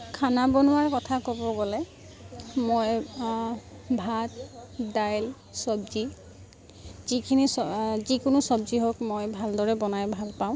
খানা বনোৱাৰ কথা ক'ব গ'লে মই ভাত দাইল চবজি যিখিনি চ যিকোনো চবজি হওক মই ভালদৰে বনাই ভাল পাওঁ